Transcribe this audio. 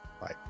Bye